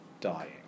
dying